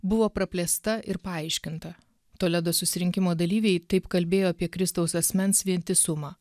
buvo praplėsta ir paaiškinta toledo susirinkimo dalyviai taip kalbėjo apie kristaus asmens vientisumą